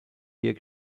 year